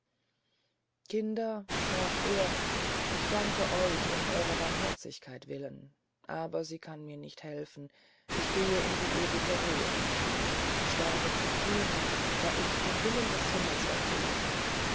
kinder sprach er ich dank euch um eurer barmherzigkeit willen aber sie kann mir nicht helfen ich gehe in die ewige ruhe ich sterbe zufrieden da ich den willen des himmels erfülle